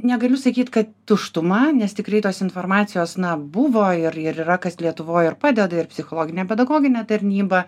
negaliu sakyt kad tuštuma nes tikrai tos informacijos na buvo ir ir yra kas lietuvoj ir padeda ir psichologinė pedagoginė tarnyba